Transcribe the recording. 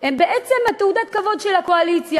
הם בעצם תעודת הכבוד של הקואליציה.